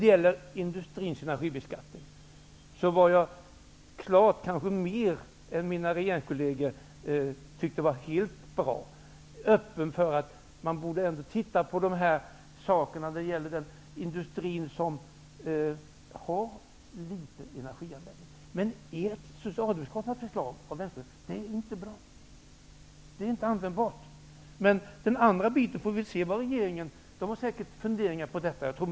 Jag kanske mer än mina regeringskolleger tyckte att industrins energibeskattning var helt bra. Men jag är öppen för att man borde se på den industri som har en liten energianvändning. Socialdemokraternas och Vänsterpartiets förslag är inte bra. Det är inte användbart. Regeringen har säkert funderingar i detta avseende.